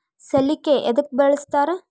ಸಲಿಕೆ ಯದಕ್ ಬಳಸ್ತಾರ?